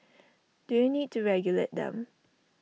do you need to regulate them